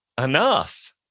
enough